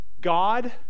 God